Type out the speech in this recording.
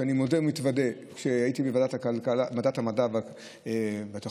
ואני מודה ומתוודה שכשהייתי בוועדת המדע והטכנולוגיה,